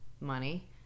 money